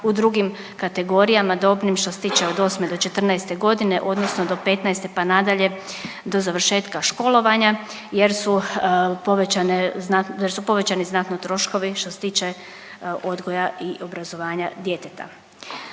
u drugim kategorijama dobnim što se tiče od osme do četrnaeste godine, odnosno do petnaeste pa nadalje do završetka školovanja jer su povećani znatno troškovi što se tiče odgoja i obrazovanja djeteta.